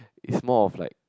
is more of like